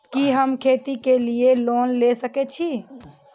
कि हम खेती के लिऐ लोन ले सके छी?